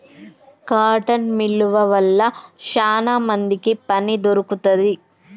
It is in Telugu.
కాటన్ మిల్లువ వల్ల శానా మందికి పని దొరుకుతాంది